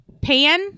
Pan